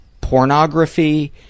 pornography